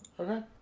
Okay